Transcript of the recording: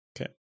Okay